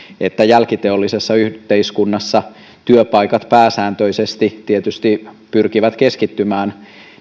että jälkiteollisessa yhteiskunnassa työpaikat pääsääntöisesti tietysti pyrkivät keskittymään